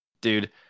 Dude